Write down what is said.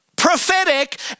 Prophetic